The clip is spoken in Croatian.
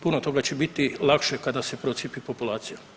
Puno toga će biti lakše kada se procijepi populacija.